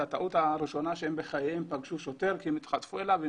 הטעות הראשונה שלהם בחייהם הייתה כשהם פגשו שוטר והתחצפו אליו.